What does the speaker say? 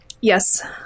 Yes